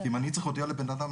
אם אני צריך להודיע לבן אדם,